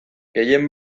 gehien